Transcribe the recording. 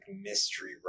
mystery